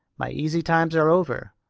my easy times are over.